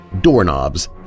doorknobs